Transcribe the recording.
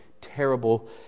terrible